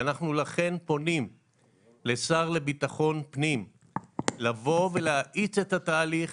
ואנחנו לכן פונים לשר לביטחון הפנים להאיץ את התהליך,